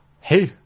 hey